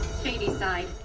Shadyside